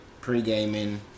pre-gaming